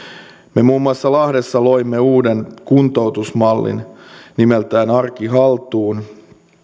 me muun muassa lahdessa loimme uuden kuntoutusmallin nimeltä arki haltuun